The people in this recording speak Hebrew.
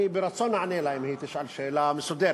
אני ברצון אענה לה אם היא תשאל שאלה מסודרת,